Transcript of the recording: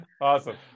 awesome